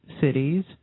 cities